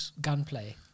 gunplay